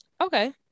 okay